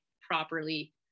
properly